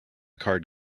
card